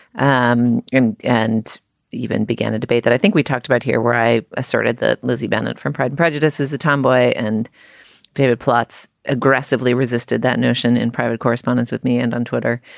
um and even began a debate that i think we talked about here, where i asserted that lizzie bennet from pride and prejudice is a tomboy. and david plotz aggressively resisted that notion in private correspondence with me and on twitter.